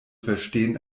verstehen